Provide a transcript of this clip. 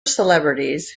celebrities